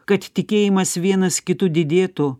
kad tikėjimas vienas kitu didėtų